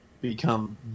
become